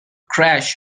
crash